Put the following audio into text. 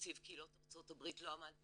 תקציב קהילות ארצות הברית לא עמד בציפיות,